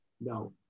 no